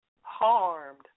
harmed